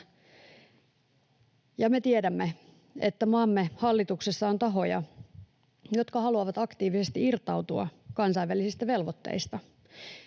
me tiedämme, että maamme hallituksessa on tahoja, jotka haluavat aktiivisesti irtautua kansainvälisistä velvoitteista,